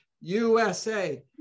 USA